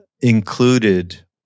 included